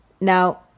Now